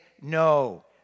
no